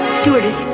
stewardess.